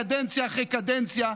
קדנציה אחרי קדנציה,